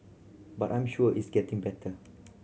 but I'm sure it's getting better